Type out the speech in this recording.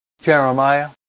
Jeremiah